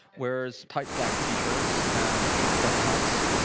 wears tight black t-shirts and little turtlenecks,